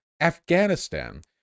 Afghanistan